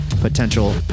potential